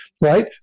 right